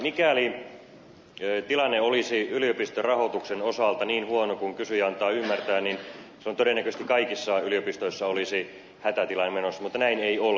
mikäli tilanne olisi yliopistorahoituksen osalta niin huono kuin kysyjä antaa ymmärtää niin todennäköisesti kaikissa yliopistoissa olisi hätätila menossa mutta näin ei ole